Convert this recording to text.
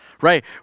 Right